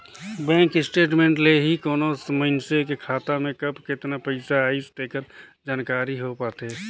bank statement ले ही कोनो मइसने के खाता में कब केतना पइसा आइस तेकर जानकारी हो पाथे